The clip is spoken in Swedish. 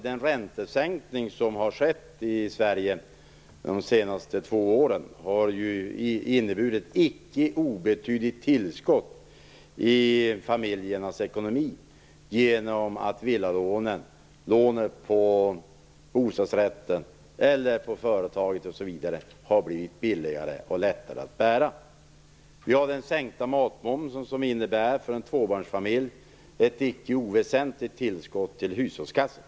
Den räntesänkning som har skett i Sverige de senaste två åren har ju inneburit ett icke obetydligt tillskott i familjernas ekonomi genom att villalånen, lånet på bostadsrätten eller på företaget har blivit billigare och lättare att bära. Vi har den sänkta matmomsen som för en tvåbarnsfamilj innebär ett icke oväsentligt tillskott till hushållskassan.